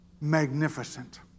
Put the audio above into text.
magnificent